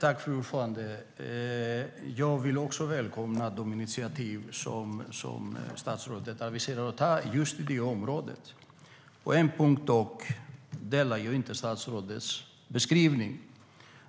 Fru talman! Jag vill också välkomna de initiativ statsrådet aviserar ska tas på just detta område. På en punkt delar jag dock inte statsrådets beskrivning.